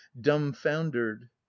dumbfoundered